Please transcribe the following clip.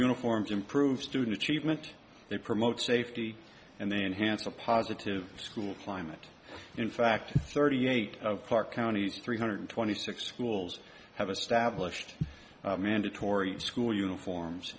uniforms improve student achievement they promote safety and they enhance a positive school climate in fact thirty eight of clark county three hundred twenty six schools have a stablished mandatory school uniforms